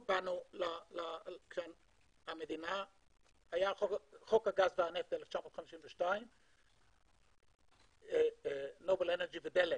היה חוק הגז והנפט 1952. נובל אנרג'י ודלק